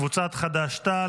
קבוצת חד"ש-תע"ל,